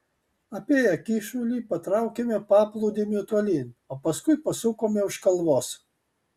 apėję kyšulį patraukėme paplūdimiu tolyn o paskui pasukome už kalvos